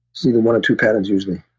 it's either one or two patterns usually